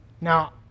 Now